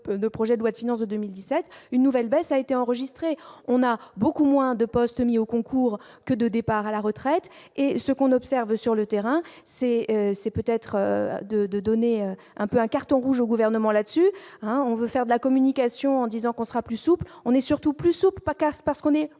le projet de loi de finances 2017 une nouvelle baisse a été enregistrée, on a beaucoup moins de postes mis au concours que de départ à la retraite et ce qu'on observe sur le terrain, c'est, c'est peut-être de de donner un peu un carton rouge au gouvernement là-dessus, hein, on veut faire de la communication en disant qu'on sera plus souple, on est surtout plus souple casse parce qu'on est